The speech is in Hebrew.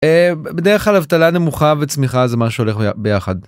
בדרך כלל אבטלה נמוכה וצמיחה זה משהו הולך ביחד.